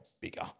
bigger